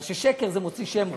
בגלל ששקר זה מוציא שם רע.